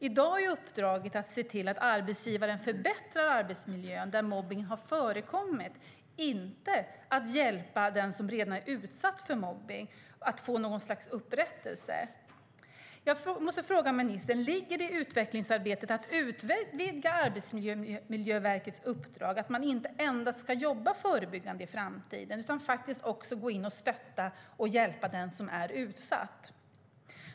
I dag är uppdraget att se till att arbetsgivaren förbättrar arbetsmiljön där mobbning har förekommit, inte att hjälpa den som redan är utsatt för mobbning att få något slags upprättelse. Jag måste ställa följande fråga till ministern: Ligger det i utvecklingsarbetet att utvidga Arbetsmiljöverkets uppdrag att man inte endast ska jobba förebyggande i framtiden utan faktiskt också gå in och stötta och hjälpa den som är utsatt?